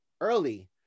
early